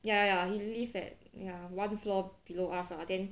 ya ya he lived at ya one floor below us lah then